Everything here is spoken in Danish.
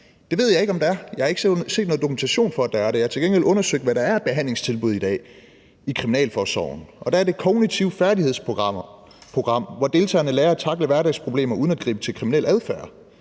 Det ved jeg ikke om der er. Jeg har ikke set nogen dokumentation for, at der er det. Jeg har til gengæld undersøgt, hvad der er af behandlingstilbud i dag i Kriminalforsorgen. Der er »Det Kognitive Færdighedsprogram«, hvor deltagerne lærer at tackle hverdagsproblemer uden at gribe til kriminel adfærd.